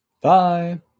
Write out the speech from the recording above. bye